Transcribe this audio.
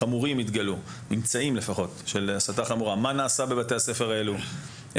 והתגלו ממצאים חמורים של הסתה.